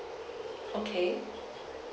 okay